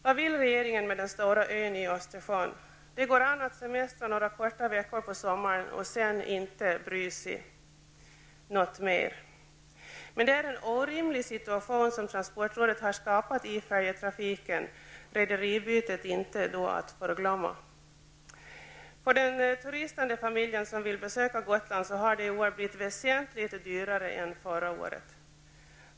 Vad vill regeringen med den stora ön i Östersjön? Det går an att semestra några korta veckor på sommaren och sedan inte bry sig något mer. Men det är en orimlig situation som transportrådet har skapat i färjetrafiken, rederibytet inte att förglömma. Gotland har det i år blivit väsentligt dyrare än förra året.